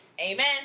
Amen